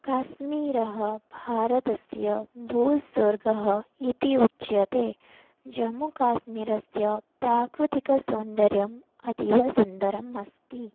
काश्मीरः भारतस्य भूस्वर्गः इति उच्यते जम्मुकाश्मीरस्य प्राकृतिकसौन्दर्यम् अतीव सुन्दरम् अस्ति